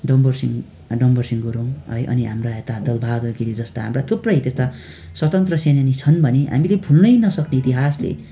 डम्बरसिंह डम्बरसिंह गुरुङ है अनि हाम्रा यता दलबहादुर गिरी जस्ता हाम्रा थुप्रै त्यस्ता स्वतन्त्र सेनानी छन् भने हामीले भुल्नै नसक्ने इतिहासले